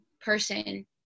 person